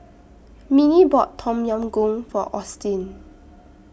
Minnie bought Tom Yam Goong For Austin